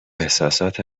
احساسات